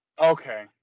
Okay